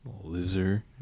loser